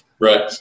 Right